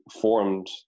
formed